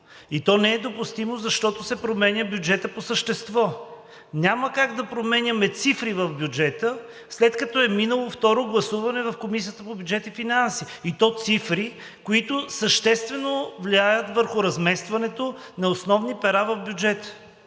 То не е допустимо, защото се променя бюджетът по същество. Няма как да променяме цифри в бюджета, след като е минало второ гласуване в Комисията по бюджет и финанси, и то цифри, които съществено влияят върху разместването на основни пера в бюджета.